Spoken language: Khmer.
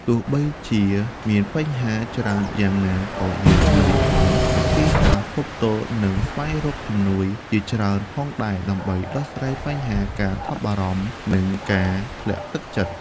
ទោះជាមានបញ្ហាច្រើនយ៉ាងណាក៏យើងនូវមានវិធីសាស្ត្រទប់ទល់ និងស្វែងរកជំនួយជាច្រើនផងដែរ ដើម្បីដោះស្រាយបញ្ហាការថប់បារម្ភ និងការធ្លាក់ទឹកចិត្ត។